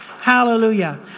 hallelujah